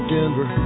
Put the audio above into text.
Denver